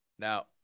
Now